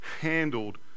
handled